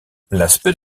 l’aspect